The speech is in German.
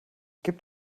gibt